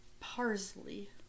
Parsley